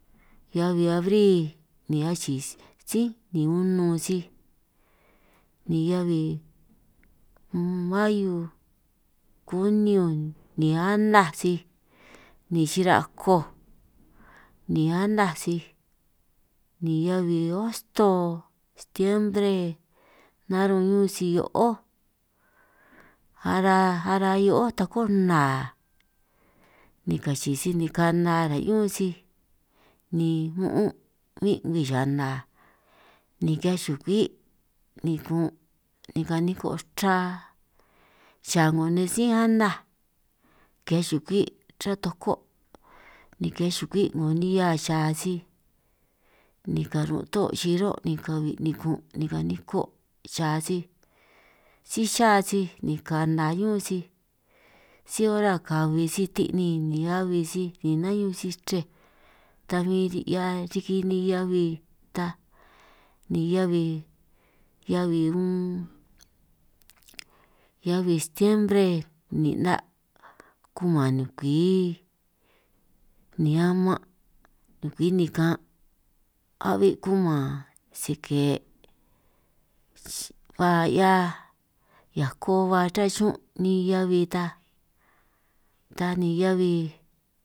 Heabi abri ni achii sí ni unun sij ni heabi unn mahiu, kuniun ni anaj sij ni xira' koj ni anaj sij ni heabi hosto stiembre, narún ñún sij hio'ó ara' ara' hio'ó takó nnaa ni kachi' sij ni kana ra' ñún sij, ni un'un' bin ngwii xana ni ki'hiaj xukwi ni kun' ni kaniko' chra xa 'ngo nej sí anaj, ki'hiaj xukwi' ruhua toko' ni ki'hiaj xukwí 'ngo nihia xa sij, ni karun' tó' xiro' ni kabi ni kun' ni kaniko' xa sij síj xa sij ni ka'na' ñún sij, síj ora kabi sij tí'nin ni abi sij ni nañún sij chrej taj bin si 'hia riki heabi ta, ni heabi heabi unnn heabi stiembre ni 'na' kuman nukuíi ni aman' nukwi nikan', a'bi kuman sike' ss ba 'hia hiako ba chruhua xiñún nej heabi ta ni 'heabi.